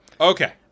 Okay